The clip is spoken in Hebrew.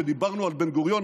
כשדיברנו על בן-גוריון,